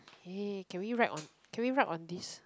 eh can we write on can we write on this